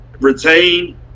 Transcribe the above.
retain